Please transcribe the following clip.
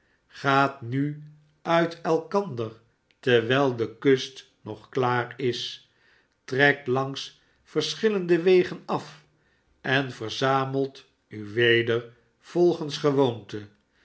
gaat nu uit elkander terwijl de kust nog klaar is trekt langs verschillende wegen af en verzamelt u wedervolgens gewoonte